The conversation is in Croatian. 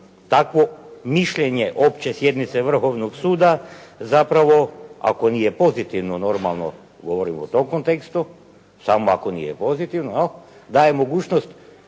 takvo mišljenje opće sjednice Vrhovnog suda zapravo, ako nije pozitivno normalno, govorimo o tom kontekstu, samo ako nije pozitivno, daje mogućnost